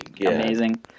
Amazing